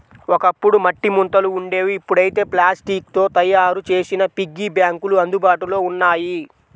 ఒకప్పుడు మట్టి ముంతలు ఉండేవి ఇప్పుడైతే ప్లాస్టిక్ తో తయ్యారు చేసిన పిగ్గీ బ్యాంకులు అందుబాటులో ఉన్నాయి